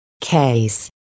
Case